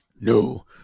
No